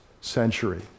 century